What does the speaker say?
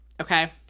okay